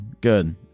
good